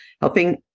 helping